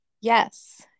Yes